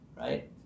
right